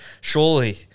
Surely